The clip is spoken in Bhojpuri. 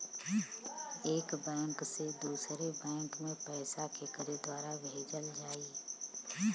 एक बैंक से दूसरे बैंक मे पैसा केकरे द्वारा भेजल जाई?